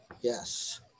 Yes